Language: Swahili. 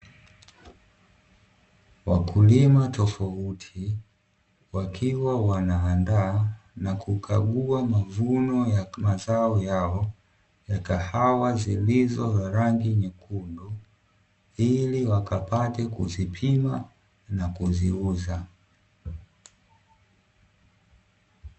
Wakulima tofauti wakiwa wanaandaa na kukagua mavuno ya mazao yao ya kahawa zilizo na rangi nyekundu, ili wakapate kuzipima na kuziuza.